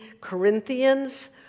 Corinthians